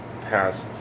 past